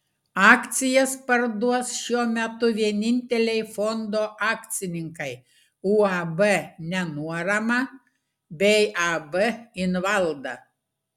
akcijas parduos šiuo metu vieninteliai fondo akcininkai uab nenuorama bei ab invalda